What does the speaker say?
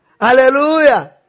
Hallelujah